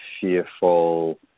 fearful